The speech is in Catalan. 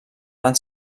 van